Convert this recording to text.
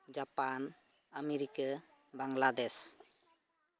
Japan America Bangladesh